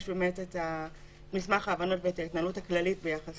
את מסמך ההבנות ואת ההתנהלות הכללית ביחס